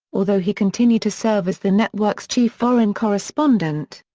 although he continued to serve as the network's chief foreign correspondent.